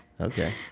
Okay